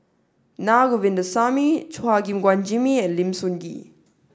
Na Govindasamy Chua Gim Guan Jimmy and Lim Sun Gee